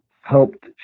helped